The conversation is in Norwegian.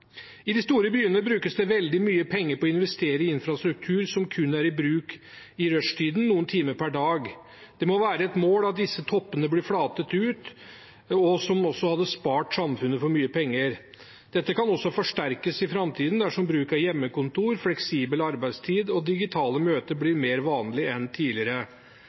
I de store byene brukes det veldig mye penger på å investere i infrastruktur som kun er i bruk i rushtiden noen timer per dag. Det må være et mål at disse toppene blir flatet ut, noe som også hadde spart samfunnet for mye penger. Dette kan også forsterkes i framtiden dersom bruk av hjemmekontor, fleksibel arbeidstid og digitale møter blir mer vanlig enn tidligere.